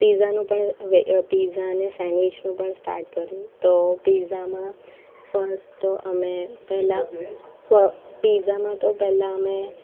પીઝાનું પણ પીઝા અને સેન્ડવીચનું પણ સ્ટાર્ટ કર્યું તો પીઝામાં ફર્સ્ટ તો અમે પહેલા પ પીઝામાં તો પેલા અમે